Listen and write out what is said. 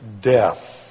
death